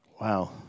Wow